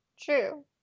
True